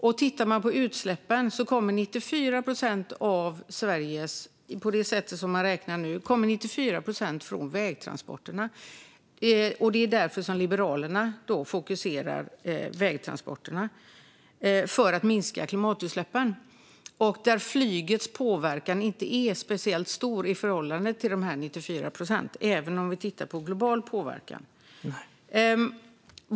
Sett till utsläppen i Sverige kommer 94 procent, på det sätt som man räknar nu, från vägtransporterna. Det är därför Liberalerna fokuserar på dem, för att minska klimatutsläppen. Flygets påverkan är inte speciellt stor i förhållande till de 94 procenten, även sett till global påverkan.